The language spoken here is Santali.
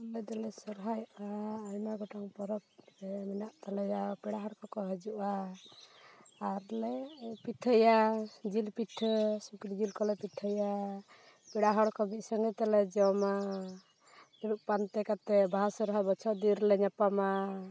ᱟᱞᱮ ᱫᱚᱞᱮ ᱥᱚᱨᱦᱟᱭᱚᱜᱼᱟ ᱟᱭᱢᱟ ᱜᱚᱴᱟᱝ ᱯᱚᱨᱚᱵᱽ ᱨᱮ ᱢᱮᱱᱟᱜ ᱛᱟᱞᱮᱭᱟ ᱯᱮᱲᱟ ᱦᱚᱲ ᱠᱚᱠᱚ ᱦᱤᱡᱩᱜᱼᱟ ᱟᱨ ᱞᱮ ᱯᱤᱴᱷᱟᱹᱭᱟ ᱡᱤᱞ ᱯᱤᱴᱷᱟᱹ ᱥᱩᱠᱨᱤ ᱡᱤᱞ ᱠᱚᱞᱮ ᱯᱤᱴᱷᱟᱹᱭᱟ ᱯᱮᱲᱟ ᱦᱚᱲ ᱠᱚ ᱢᱤᱫ ᱥᱚᱸᱜᱮ ᱛᱮᱞᱮ ᱡᱚᱢᱟ ᱫᱩᱲᱩᱵ ᱯᱟᱱᱛᱮ ᱠᱟᱛᱮ ᱵᱟᱦᱟ ᱥᱚᱨᱦᱟᱭ ᱵᱚᱪᱷᱚᱨ ᱫᱤᱱ ᱨᱮᱞᱮ ᱧᱟᱯᱟᱢᱟ